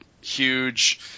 huge